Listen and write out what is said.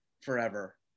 forever